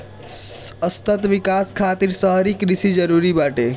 सतत विकास खातिर शहरी कृषि जरूरी बाटे